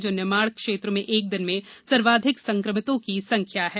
जो निमाड़ क्षेत्र में एक दिन में सर्वाधिक संकमितों की संख्या है